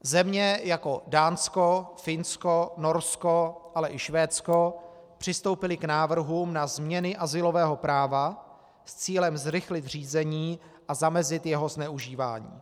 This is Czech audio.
Země jako Dánsko, Finsko, Norsko, ale i Švédsko přistoupily k návrhům na změny azylového práva s cílem zrychlit řízení a zamezit jeho zneužívání.